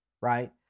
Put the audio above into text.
right